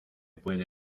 puede